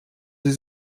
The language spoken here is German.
sie